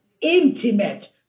intimate